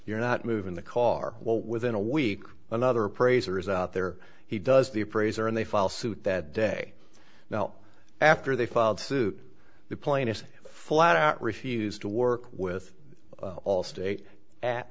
you're not moving the car well within a week another appraiser is out there he does the appraiser and they file suit that day now after they filed suit the plaintiffs flat out refused to work with allstate at